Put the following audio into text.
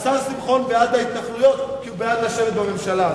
השר שמחון בעד ההתנחלויות כי הוא בעד לשבת בממשלה,